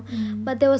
mmhmm